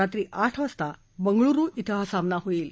रात्री आठ वाजता बंगळूरु ि हा सामना होईल